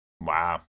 Wow